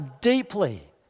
deeply